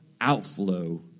outflow